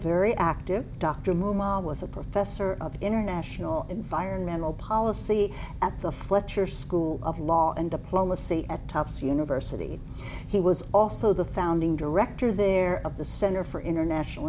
very active dr moema was a professor of international environmental policy at the fletcher school of law and diplomacy at tufts university he was also the founding director there of the center for international